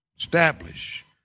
establish